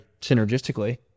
synergistically